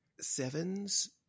Sevens